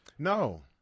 No